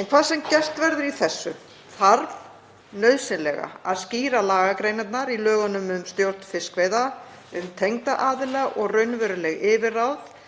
En hvað sem gert verður í þessu þarf nauðsynlega að skýra lagagreinarnar í lögunum um stjórn fiskveiða um tengda aðila og raunveruleg yfirráð